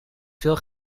veel